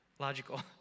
Logical